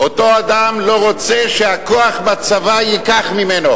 אותו אדם לא רוצה שהכוח בצבא ייקח ממנו.